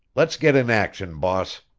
let's get in action, boss!